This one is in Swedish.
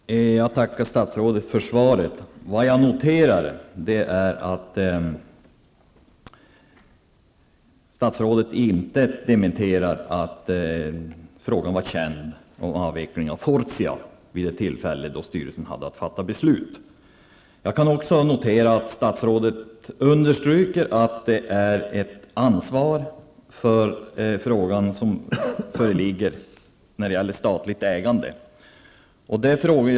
Herr talman! Jag tackar statsrådet för svaret. Jag noterar att statsrådet inte dementerar att frågan om avveckling av Fortia var känd vid det tillfälle då styrelsen hade att fatta beslut. Jag kan också notera att statsrådet understryker att det med ett statligt ägande föreligger ett statligt ansvar i frågan.